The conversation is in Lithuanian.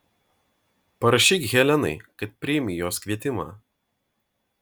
parašyk helenai kad priimi jos kvietimą